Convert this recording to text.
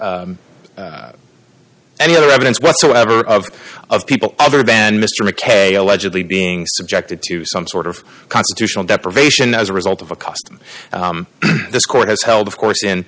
any other evidence whatsoever of of people other than mr mckay allegedly being subjected to some sort of constitutional deprivation as a result of a custom this court has held of course in